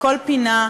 מכל פינה,